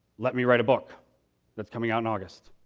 let me write a book that's coming out in august.